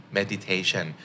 meditation